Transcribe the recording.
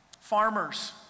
Farmers